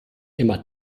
immer